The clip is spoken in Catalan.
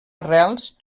arrels